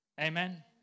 Amen